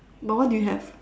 but what do you have